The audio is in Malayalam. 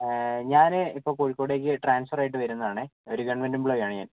ഞാൻ ഇപ്പോൾ കോഴിക്കോടേക്ക് ട്രാൻസ്ഫർ ആയിട്ട് വരുന്നതാണേ ഒരു ഗവൺമെന്റ് എമ്പ്ലോയീ ആണ് ഞാൻ